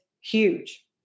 huge